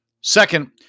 Second